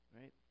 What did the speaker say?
right